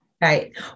Right